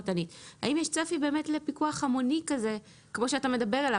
האם יש צפי לפיקוח המוני כמו שאתה מדבר עליו?